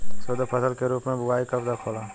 शुद्धफसल के रूप में बुआई कब तक होला?